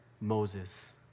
Moses